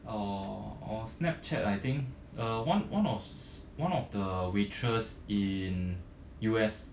on snapchat I think uh one one of one of the waitress in U_S